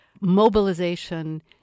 mobilization